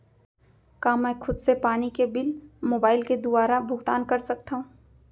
का मैं खुद से पानी के बिल मोबाईल के दुवारा भुगतान कर सकथव?